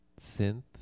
synth